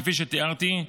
כפי שתיארתי,